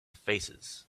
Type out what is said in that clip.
faces